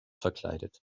verkleidet